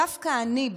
דווקא אני,